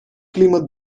климат